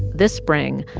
this spring,